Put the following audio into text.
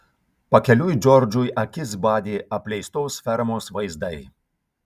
pakeliui džordžui akis badė apleistos fermos vaizdai